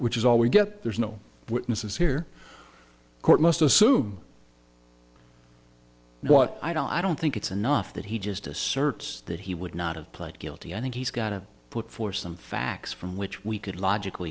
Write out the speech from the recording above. which is all we get there's no witnesses here court must assume what i don't i don't think it's enough that he just asserts that he would not have pled guilty i think he's got to put forth some facts from which we could logically